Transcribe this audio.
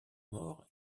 morts